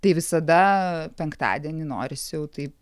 tai visada penktadienį norisi jau taip